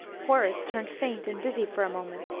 horace turned faint and dizzy for a moment.